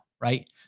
right